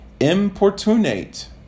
importunate